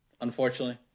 unfortunately